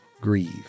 grieve